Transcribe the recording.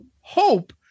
hope